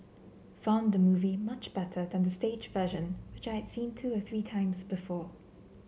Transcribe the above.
found the movie much better than the stage version which I had seen two or three times before